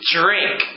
drink